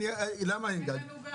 למה אין גג?